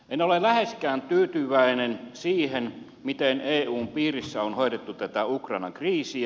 en ole läheskään tyytyväinen siihen miten eun piirissä on hoidettu tätä ukrainan kriisiä